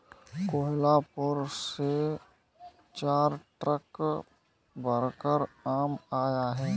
कोहलापुर से चार ट्रक भरकर आम आया है